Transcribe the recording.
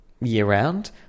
year-round